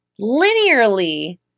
linearly